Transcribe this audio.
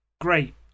great